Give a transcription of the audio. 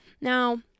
Now